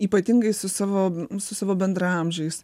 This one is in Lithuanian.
ypatingai su savo su savo bendraamžiais